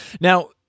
Now